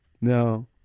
Now